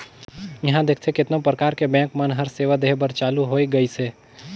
इहां देखथे केतनो परकार के बेंक मन हर सेवा देहे बर चालु होय गइसे